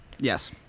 Yes